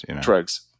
drugs